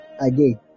again